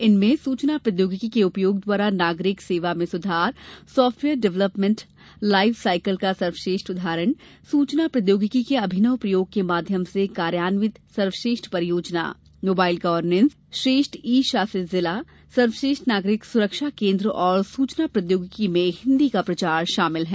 इनमें सूचना प्रोद्योगिकी के उपयोग द्वारा नागरिक सेवा मे सुधार साफ्टवेयर डेवलपमेण्ट लाइफ साइकिल का सर्वश्रेष्ठ उदाहरण सूचना प्रोद्योगिकी के अभिनव प्रयोग के माध्यम से कार्यान्वित सर्वश्रेष्ठ परियोजना मोबाइल गवर्नेन्स श्रेष्ठ ई शासित जिला सर्वश्रेष्ठ नागरिक सुविधा केन्द्र और सूचना प्रोद्योगिकी में हिन्दी का प्रचार शामिल है